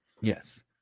Yes